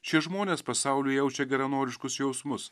šie žmonės pasauliui jaučia geranoriškus jausmus